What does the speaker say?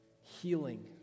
healing